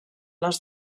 les